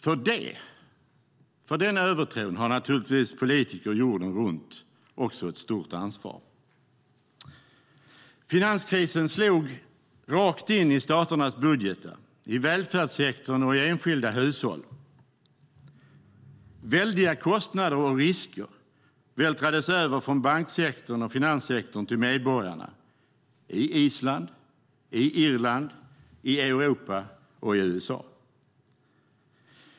För den övertron har naturligtvis politiker jorden runt ett stort ansvar. Finanskrisen slog rakt in i staternas budgetar, in i välfärdssektorn och i enskilda hushåll. Väldiga kostnader och risker vältrades över från banksektorn och finanssektorn till medborgarna på Island, på Irland, i Europa och i USA.